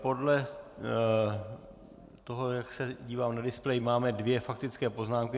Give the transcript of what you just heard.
Podle toho, jak se divám na displej, máme dvě faktické poznámky.